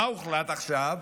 מה הוחלט עכשיו